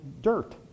dirt